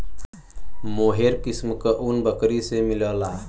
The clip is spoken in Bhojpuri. मोहेर किस्म क ऊन बकरी से मिलला